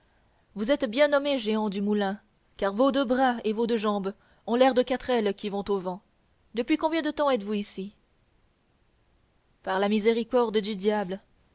vous êtes bien nommé jehan du moulin car vos deux bras et vos deux jambes ont l'air de quatre ailes qui vont au vent depuis combien de temps êtes-vous ici par la miséricorde du diable